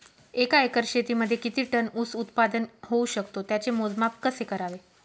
एका एकर शेतीमध्ये किती टन ऊस उत्पादन होऊ शकतो? त्याचे मोजमाप कसे करावे?